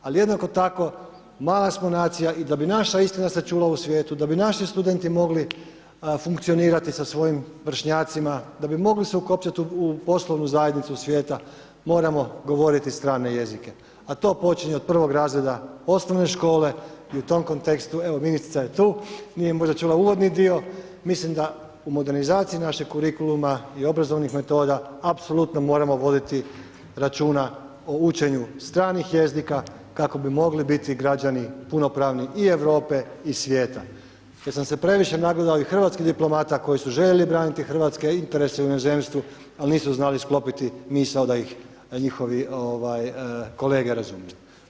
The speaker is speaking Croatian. Ali jednako tako, mala smo nacija, i da bi naša istina se čula u svijetu, da bi naši studenti mogli funkcionirati sa svojim vršnjacima, da bi mogli se ukopčati u poslovnu zajednicu svijeta, moramo govoriti strane jezike, a to počinje od prvog razreda osnovne škole, i u tom kontekstu, evo ministrica je tu, nije možda čula uvodni dio, mislim da u modernizaciji našeg kurikuluma i obrazovnih metoda apsolutno moramo voditi računa o učenju stranih jezika kako bi mogli biti građani punopravni, i Europe i svijeta jer sam se previše nagledao ovih hrvatskih diplomata koji su željeli braniti hrvatske interese u inozemstvu, ali nisu znali sklopiti misao da ih njihove kolege razumiju.